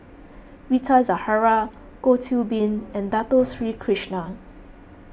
Rita Zahara Goh Qiu Bin and Dato Sri Krishna